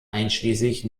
einschließlich